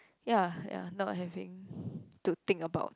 ya ya not having to think about